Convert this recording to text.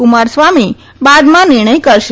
કુમારસ્વામી બાદમાં નિર્ણય કરશે